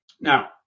Now